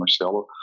Marcelo